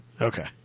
Okay